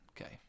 Okay